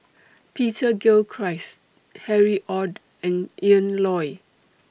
Peter Gilchrist Harry ORD and Ian Loy